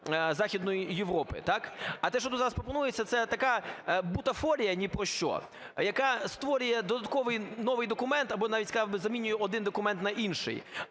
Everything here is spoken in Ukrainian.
Західної Європи, так? А те, що тут у нас пропонується, це така бутафорія ні про що, яка створює додатковий новий документ або, навіть сказав би, замінює один документ на інший,